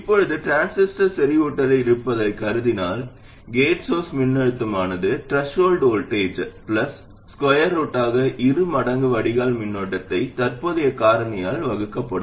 இப்போது டிரான்சிஸ்டர் செறிவூட்டலில் இருப்பதாகக் கருதினால் கேட் சோர்ஸ் மின்னழுத்தமானது த்ரெஷோல்ட் வோல்டேஜ் பிளஸ் ஸ்கொயர் ரூட்டாக இரு மடங்கு வடிகால் மின்னோட்டத்தை தற்போதைய காரணியால் வகுக்கப்படும்